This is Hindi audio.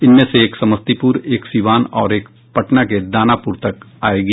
इनमें से एक समस्तीपुर एक सिवान और एक पटना के दानापुर तक आयेगी